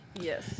yes